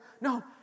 no